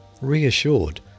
Reassured